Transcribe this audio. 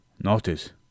Notice